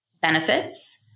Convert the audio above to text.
benefits